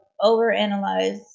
overanalyze